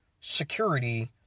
security